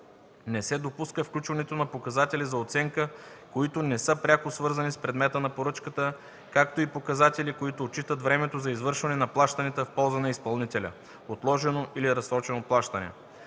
Не се допуска включването на показатели за оценка, които не са пряко свързани с предмета на поръчката, както и показатели, които отчитат времето за извършване на плащанията в полза на изпълнителя (отложено или разсрочено плащане).